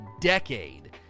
decade